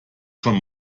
schon